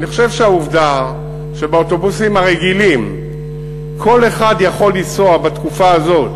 אני חושב שהעובדה שבאוטובוסים הרגילים כל אחד יכול לנסוע בתקופה הזאת,